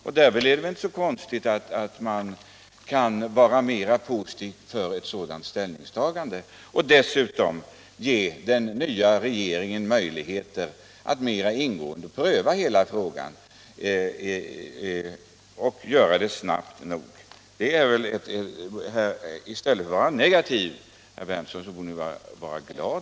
Det är väl inte så konstigt att vi då kan vara mera positiva för ett sådant ställningstagande, samtidigt som vi vill ge den nya regeringen möjligheter att snabbt och mera ingående pröva hela frågan. I stället för att vara negativ borde väl herr Berndtson därför vara glad.